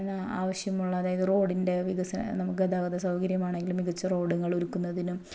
ആവശ്യമുള്ളത് അതായത് റോഡിൻ്റെ വികസനം അതായത് നമുക്ക് ഗതാഗത സൗകര്യമാണേലും മികച്ച റോഡുകളൊരുക്കുന്നതിനും